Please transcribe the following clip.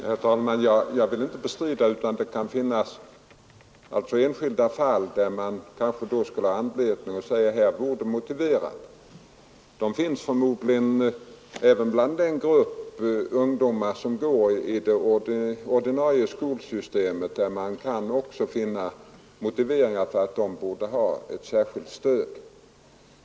Herr talman! Jag vill inte bestrida att det kan finnas enskilda fall där det vore motiverat. Det finns förmodligen även i den grupp ungdomar som går i det ordinarie skolsystemet enskilda fall där det finns motiv för att ge ett särskilt stöd.